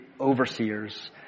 overseers